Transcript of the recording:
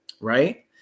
Right